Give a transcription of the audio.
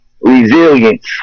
resilience